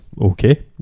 okay